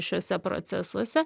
šiuose procesuose